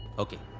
okay.